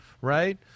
right